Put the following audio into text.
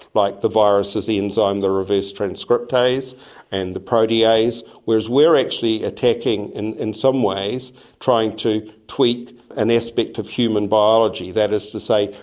like the virus's enzyme, the reverse transcriptase and the protease, whereas we're actually attacking. in in some ways trying to tweak an aspect of human biology. that is to say,